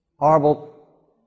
Horrible